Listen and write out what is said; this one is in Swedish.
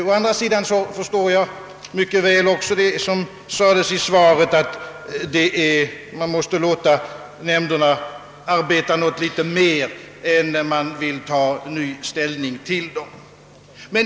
Å andra sidan förstår jag mycket väl vad som framhålles i svaret, nämligen att man måste låta nämnderna arbeta något mera innan man vill ta ny ställning till dem.